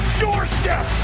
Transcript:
doorstep